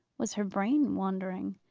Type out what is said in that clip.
was her brain wandering?